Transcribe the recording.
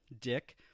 Dick